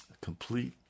Complete